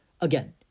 Again